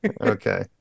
okay